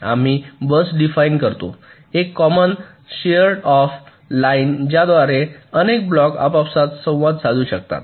आम्ही बस डिफाईन करतो एक कॉमन शेअर्ड ऑफ लाइन ज्याद्वारे अनेक ब्लॉक आपापसांत संवाद साधू शकतात